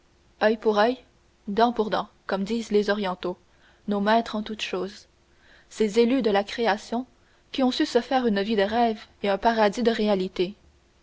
oeil pour oeil dent pour dent comme disent les orientaux nos maîtres en toutes choses ces élus de la création qui ont su se faire une vie de rêves et un paradis de réalités